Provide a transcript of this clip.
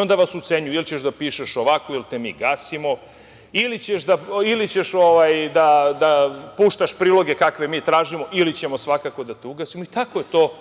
Onda vas ucenjuju. Ili ćeš da pišeš ovako ili te mi gasimo ili ćeš da puštaš priloge kakve mi tražimo ili ćemo svakako da te ugasimo i tako je to